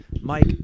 Mike